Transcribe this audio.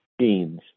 genes